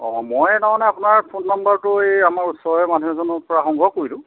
অঁ মই তাৰ মানে আপোনাৰ ফোন নাম্বাৰটো এই আমাৰ ওচৰৰে মানুহ এজনৰপৰা সংগ্ৰহ কৰিলোঁ